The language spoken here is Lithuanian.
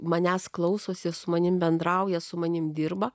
manęs klausosi su manimi bendrauja su manimi dirba